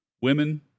Women